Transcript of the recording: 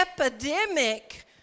epidemic